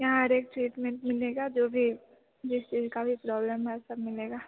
यहाँ हर एक चीज़ म मिलेगा जो भी जिस चीज़ का भी प्रॉब्लम है सब मिलेगा